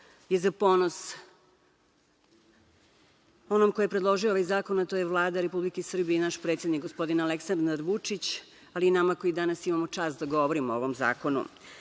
je za ponos onom ko je predložio ovaj zakon, a to je Vlada Republike Srbije i naš predsednik Aleksandar Vučić, ali i nama koji danas imamo čast da govorimo o ovom zakonu. Inače,